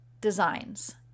designs